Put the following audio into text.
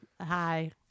Hi